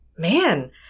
Man